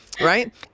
right